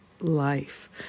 life